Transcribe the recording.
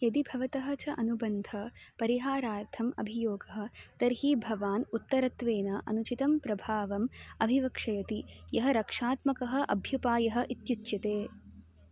यदि भवतः च अनुबन्ध परिहारार्थम् अभियोगः तर्हि भवान् उत्तरत्वेन अनुचितं प्रभावम् अभिवक्षयति यः रक्षात्मकः अभ्युपायः इत्युच्यते